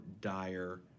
dire